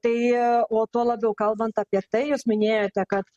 tai o tuo labiau kalbant apie tai jūs minėjote kad